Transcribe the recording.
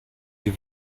wir